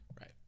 right